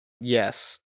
Yes